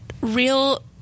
real